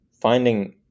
finding